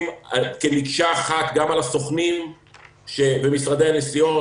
כמקשה אחת גם על הסוכנים ומשרדי הנסיעות,